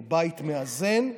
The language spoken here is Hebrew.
או בית מאזן,